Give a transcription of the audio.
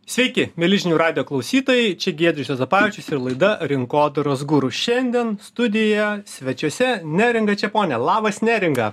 sveiki mieli žinių radijo klausytojai čia giedrius juozapavičius ir laida rinkodaros guru šiandien studijoje svečiuose neringa čeponė labas neringa